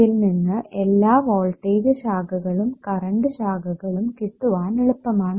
ഇതിൽ നിന്ന് എല്ലാ വോൾട്ടേജ് ശാഖകളും കറണ്ട് ശാഖകളും കിട്ടുവാൻ എളുപ്പമാണ്